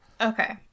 Okay